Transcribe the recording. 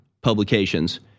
publications